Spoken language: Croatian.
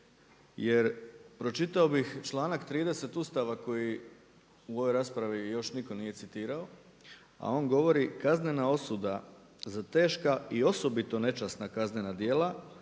Jer pročitao bih članak 30 Ustava koji u ovoj raspravi još nitko citirao a on govori, kaznena osuda za teška i osobito nečasna kaznena djela